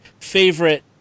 favorite